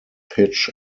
pitch